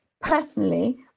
personally